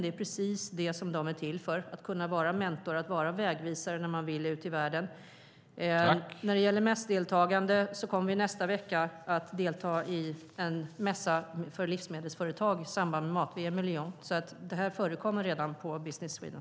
Det är precis vad de är till för: att vara mentor, att vara vägvisare när någon vill ut i världen. När det gäller mässdeltagande vill jag säga att vi nästa vecka kommer att delta i en mässa för livsmedelsföretag i samband med mat-VM i Lyon. Detta förekommer alltså redan inom Business Sweden.